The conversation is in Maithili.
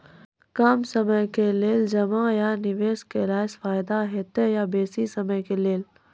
कम समय के लेल जमा या निवेश केलासॅ फायदा हेते या बेसी समय के लेल?